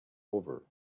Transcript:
over